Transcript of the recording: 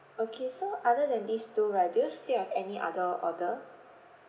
okay so other than these two right do you still have any other order